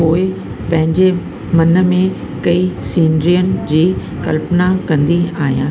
पोइ पंहिंजे मन में कई सीनरियुनि जी कल्पना कंदी आहियां